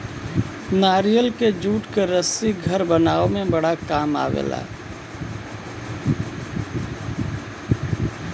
नारियल के जूट क रस्सी घर बनावे में बड़ा काम आवला